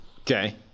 Okay